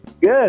good